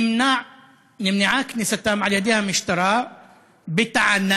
נמנעה כניסתם על-ידי המשטרה בטענה,